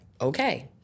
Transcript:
okay